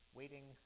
waiting